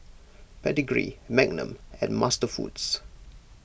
Pedigree Magnum and MasterFoods